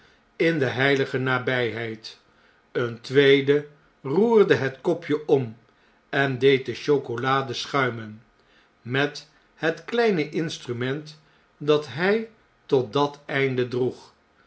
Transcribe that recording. in de heilige nabijheid een tweede roerde het kopje om en deed de chocolade schuimen met het kleine instrument dat hij tot dat einde droeg